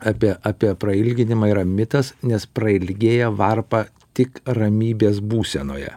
apie apie prailginimą yra mitas nes prailgėja varpa tik ramybės būsenoje